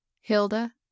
Hilda